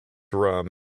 rum